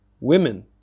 women